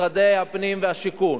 משרדי הפנים והשיכון